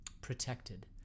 protected